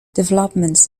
developments